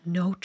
no